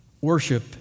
Worship